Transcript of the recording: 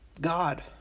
God